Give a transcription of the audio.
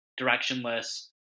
directionless